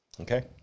Okay